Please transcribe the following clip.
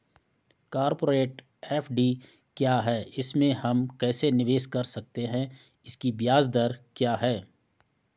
Corporate FD क्या है इसमें हम कैसे निवेश कर सकते हैं इसकी ब्याज दर क्या है?